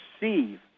receive